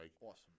Awesome